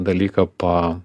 dalyką pa